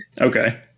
Okay